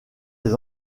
des